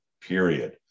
period